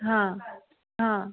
हाँ हाँ